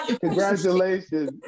Congratulations